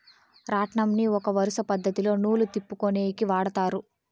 రాట్నంని ఒక వరుస పద్ధతిలో నూలు తిప్పుకొనేకి వాడతారు